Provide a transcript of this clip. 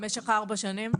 במשך ארבע שנים?